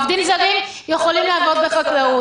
עובדים זרים יכולים לעבוד בחקלאות.